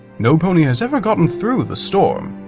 no pony has ever gotten through the storm.